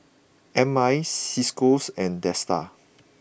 M I Ciscos and Dsta